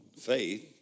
faith